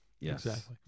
yes